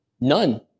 none